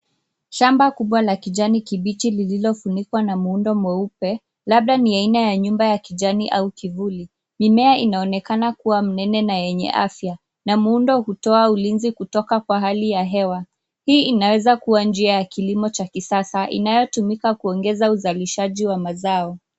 Shamba kubwa la kijani kibichi lililofunikwa na muundo mweupe labda ni aina ya nyumba ya kijani au kivuli. Mimea inaonekana kuwa mnene na yenye afya na muundo wa kutoa ulinzi kutoka kwa hali ya hewa. Hii inaweza kuwa njia ya kilimo cha kisasa inayotumika kuongeza uzalishaji wa mazao.